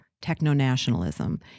techno-nationalism